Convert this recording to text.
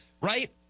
right